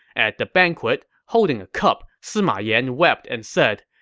at the banquet, holding a cup, sima yan wept and said,